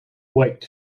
weight